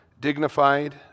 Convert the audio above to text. dignified